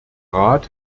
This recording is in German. rat